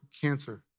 cancer